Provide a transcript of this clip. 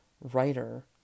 writer